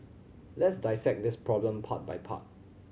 let's dissect this problem part by part